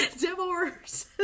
Divorce